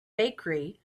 bakery